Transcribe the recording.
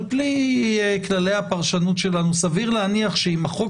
על פי כללי הפרשנות שלנו, שהחוק